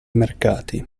mercati